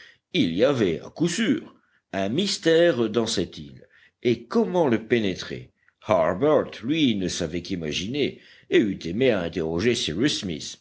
il y avait à coup sûr un mystère dans cette île et comment le pénétrer harbert lui ne savait qu'imaginer et